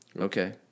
Okay